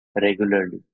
regularly